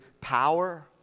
power